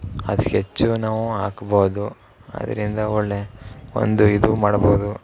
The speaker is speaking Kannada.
ಆ ಸ್ಕೆಚ್ಚು ನಾವು ಹಾಕ್ಬೋದು ಅದರಿಂದ ಒಳ್ಳೆ ಒಂದು ಇದು ಮಾಡ್ಬೋದು